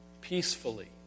peacefully